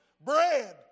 bread